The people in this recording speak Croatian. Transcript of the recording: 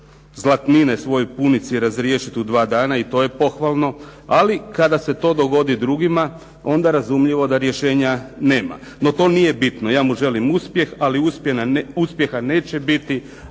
zlatnine svojoj punici razriješiti u dva dana, i to je pohvalno, ali kada se to dogodi drugima, onda razumljivo da rješenja nema. No to nije bitno, ja mu želim uspjeh, ali uspjeha neće biti